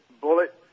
Bullet